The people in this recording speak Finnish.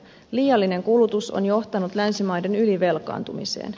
liiallinen kulutus on johtanut länsimaiden ylivelkaantumiseen